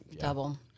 double